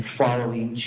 following